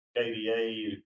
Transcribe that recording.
KDA